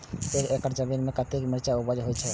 एक एकड़ जमीन में कतेक मिरचाय उपज होई छै?